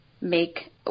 make –